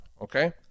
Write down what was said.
okay